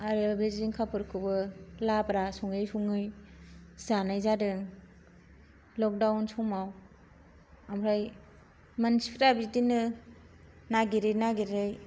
आरो बे जिंखाफोरखौबो लाब्रा सङै सङै जानाय जादों लकदाउन समाव ओमफ्राय मानसिफोरा बिदिनो नागिरै नागिरै